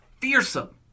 fearsome